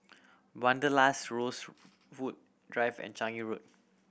Wanderlust Rosewood Drive and Changi Road